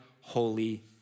holy